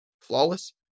Flawless